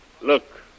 Look